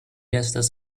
estas